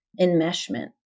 enmeshment